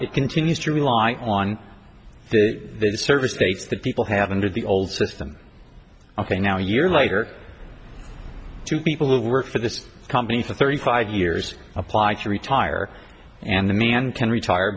it continues to rely on the service takes that people have under the old system ok now year later two people who work for this company for thirty five years apply to retire and the man can retire